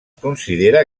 considera